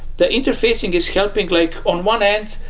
the interfacing is helping like on one end,